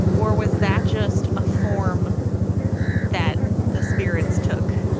or was that just a form that the spirits took?